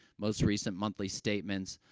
most recent monthly statements,